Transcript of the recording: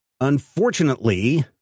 unfortunately